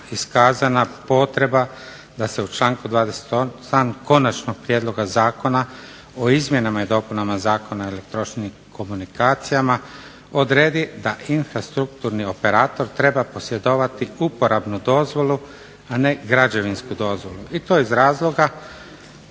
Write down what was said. iskazana potreba da se u članku 28. Konačnog prijedloga zakona o izmjenama i dopunama Zakona o elektroničkim komunikacijama odredi da infrastrukturni operator treba posjedovati uporabnu dozvolu, a ne građevinsku dozvolu i to iz razloga